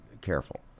careful